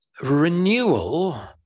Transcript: Renewal